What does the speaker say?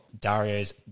Dario's